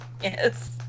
Yes